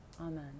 Amen